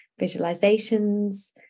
visualizations